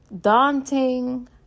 daunting